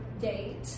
date